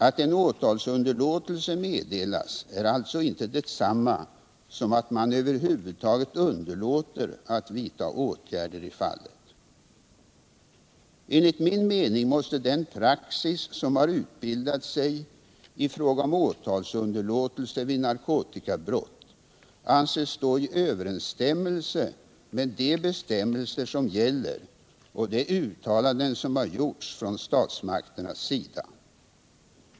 Att en åtalsunderlåtelse meddelas är alltså inte detsamma som att man över huvud taget underlåter att vidta åtgärder i fallet. Enligt min mening måste den praxis som har utbildat sig i fråga om åtalsunderlåtelse vid narkotikabrott anses stå i överensstämmelse med de bestämmelser som gäller och de uttalanden som har gjorts från statsmakternas sida.